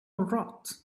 rot